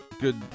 good